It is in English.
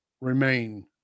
remain